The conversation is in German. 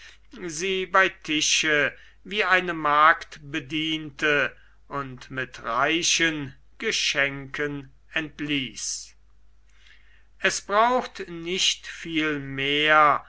sie bei tische wie eine magd bediente und mit reichen geschenken entließ es braucht nicht viel mehr